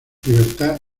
libertad